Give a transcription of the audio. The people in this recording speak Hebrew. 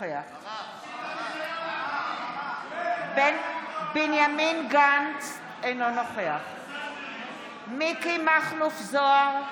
אינו נוכח בנימין גנץ, אינו נוכח מכלוף מיקי זוהר,